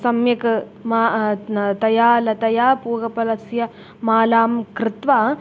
सम्यक् मा न तया लतया पूगफलस्य मालां कृत्वा